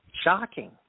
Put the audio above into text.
shocking